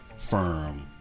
Firm